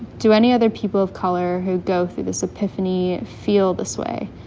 do any other people of color who go through this epiphany feel this way?